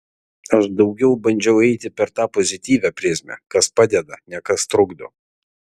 aš daugiau bandžiau eiti per tą pozityvią prizmę kas padeda ne kas trukdo